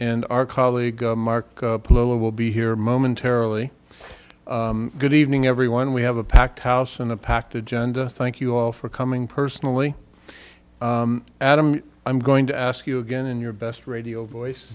and our colleague mark plough will be here momentarily good evening everyone we have a packed house and a packed agenda thank you all for coming personally adam i'm going to ask you again in your best radio voice